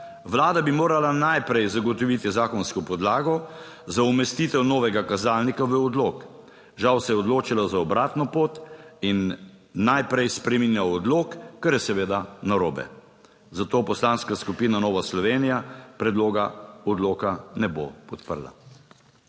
Vlada bi morala najprej zagotoviti zakonsko podlago za umestitev novega kazalnika v odlok. Žal se je odločila za obratno pot in najprej spreminja odlok, kar je seveda narobe. Zato Poslanska skupina Nova Slovenija predloga odloka ne bo podprla.